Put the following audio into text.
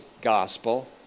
gospel